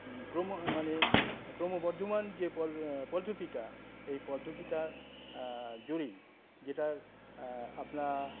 ক্রম মানে ক্রম বর্ধমান যে পদ্ধতিটা এই পদ্ধতিটার জোরেই যেটা আপনার